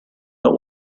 but